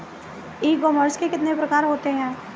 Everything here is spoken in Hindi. ई कॉमर्स के कितने प्रकार होते हैं?